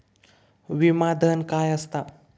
विमा धन काय असता?